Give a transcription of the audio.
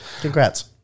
Congrats